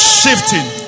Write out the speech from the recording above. shifting